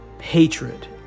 hatred